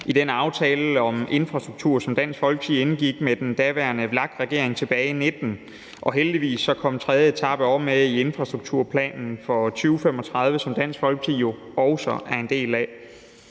i den aftale om infrastruktur, som Dansk Folkeparti indgik med den daværende VLAK-regering tilbage i 2019, og heldigvis kom tredje etape også med i infrastrukturplanen for 2035, som Dansk Folkeparti jo også er en del af.